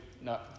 no